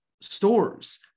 stores